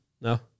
No